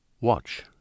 Watch